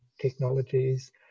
technologies